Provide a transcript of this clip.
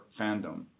fandom